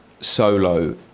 solo